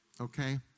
Okay